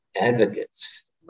advocates